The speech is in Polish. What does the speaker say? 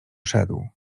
szedł